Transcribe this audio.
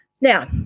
now